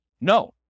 No